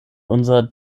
unser